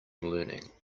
learning